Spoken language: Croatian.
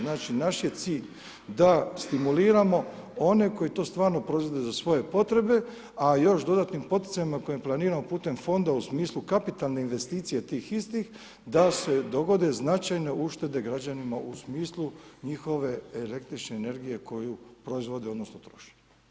Znači naš je cilj da stimuliramo one koji to stvarno proizvode za svoje potrebe a još dodatnim poticajem na kojem planiramo putem fonda u smislu kapitalne investicije tih istih da se dogode značajne uštede građanima u smislu njihove električne energije koju proizvode odnosno troše.